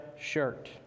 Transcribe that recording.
shirt